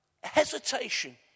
hesitation